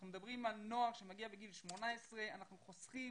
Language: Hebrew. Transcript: אנחנו מדברים על נוער שמגיע בגיל 18 ואנחנו חוסכים